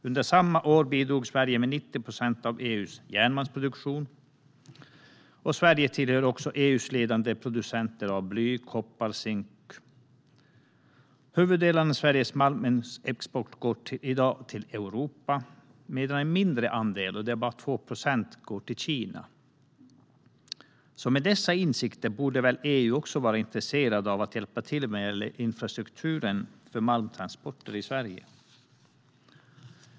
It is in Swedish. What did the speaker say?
Under samma år bidrog Sverige med 90 procent av EU:s järnmalmsproduktion. Sverige tillhör också EU:s ledande producenter av bly, koppar och zink. Huvuddelen av Sveriges malmexport går i dag till Europa, medan en mindre andel - bara omkring 2 procent - går till Kina. Med dessa insikter borde väl EU vara intresserat av att hjälpa till med infrastruktur för malmtransporter i Sverige?